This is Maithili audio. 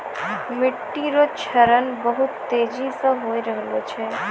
मिट्टी रो क्षरण बहुत तेजी से होय रहलो छै